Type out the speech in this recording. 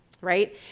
right